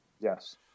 Yes